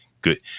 Good